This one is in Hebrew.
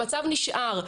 המצב נשאר.